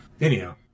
Anyhow